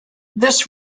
this